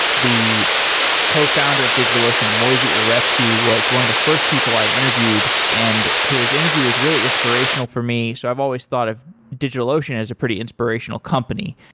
the co-founder of digital ocean moisey uretsky was one of the first people i interviewed and his interview was really inspirational for me, so i've always thought of digitalocean as a pretty inspirational company.